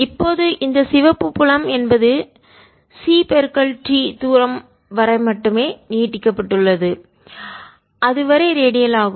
இப்போது இந்த சிவப்பு புலம் என்பது c t தூரம் வரை மட்டுமே நீட்டிக்கப்படுகிறது அதுவரை ரேடியால் ஆகும்